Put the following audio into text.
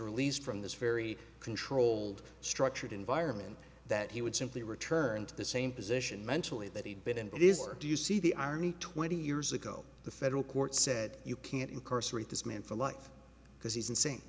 released from this very controlled structured environment that he would simply return to the same position mentally that he bit in it is or do you see the army twenty years ago the federal court said you can't incarcerate this man for life because he's insane